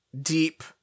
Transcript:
deep